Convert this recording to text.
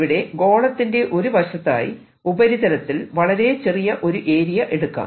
ഇവിടെ ഗോളത്തിന്റെ ഒരു വശത്തായി ഉപരിതലത്തിൽ വളരെ ചെറിയ ഒരു ഏരിയ എടുക്കാം